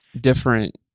different